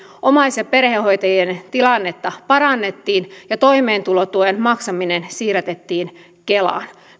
omais ja perhehoitajien tilannetta parannettiin ja toimeentulotuen maksaminen siirrätettiin kelaan